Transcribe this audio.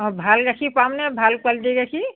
ভাল গাখীৰ পামনে ভাল কোৱালিটীৰ গাখীৰ